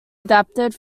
adapted